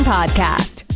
Podcast